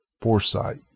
foresight